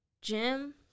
Jim